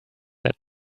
that